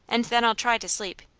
and then i'll try to sleep.